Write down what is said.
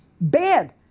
bad